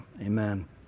amen